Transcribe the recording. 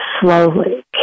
slowly